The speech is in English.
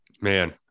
Man